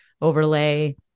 overlay